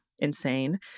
Insane